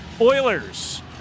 Oilers